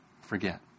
forget